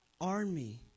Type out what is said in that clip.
army